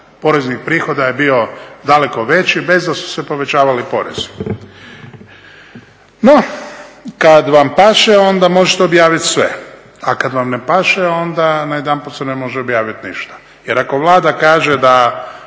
poreznih prihoda je bio daleko veći, bez da su se povećavali porezi. No kad vam paše onda možete objavit sve, a kad vam ne paše onda odjedanput se ne može objavit ništa. Jer ako Vlada kaže da